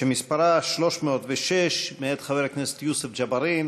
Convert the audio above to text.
שמספרה 306, מאת חבר הכנסת יוסף ג'בארין.